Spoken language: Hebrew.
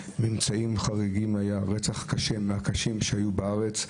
היה רצח מהקשים שהיו בארץ,